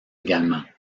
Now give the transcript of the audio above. également